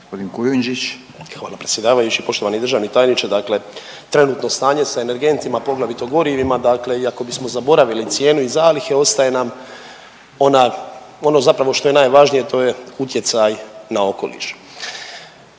Hvala predsjedavajući. Poštovani državni tajniče, dakle trenutno stanje s energentima, poglavito gorivima, dakle i ako bismo zaboravili cijenu i zalihe, ostaje nam ona, ono zapravo što je najvažnije, to je utjecaj na okoliš.